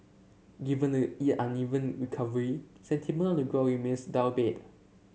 given the uneven recovery sentiment on the growing miss downbeat